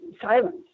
silence